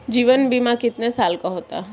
जीवन बीमा कितने साल का होता है?